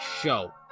show